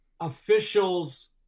officials